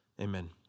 Amen